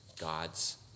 God's